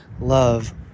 love